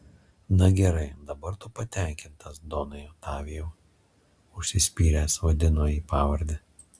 na gerai dabar tu patenkintas donai otavijau užsispyręs vadino jį pavarde